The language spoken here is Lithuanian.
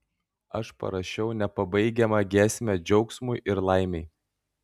aš parašiau nepabaigiamą giesmę džiaugsmui ir laimei